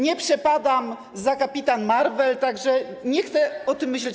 Nie przepadam za Kapitanem Marvelem, tak że nie chcę o tym myśleć.